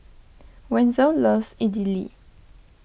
Wenzel loves Idili